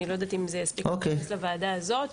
אני לא יודע אם זה יספיק כדי להתייחס לוועדה הזו.